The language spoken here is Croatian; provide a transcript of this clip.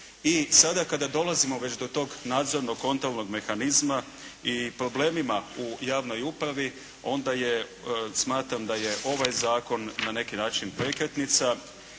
I sada kada dolazimo već do tog nadzornog kontrolnog mehanizma i problemima u javnoj upravi, onda je, smatram da je ovaj zakon na neki način prekretnica